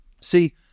See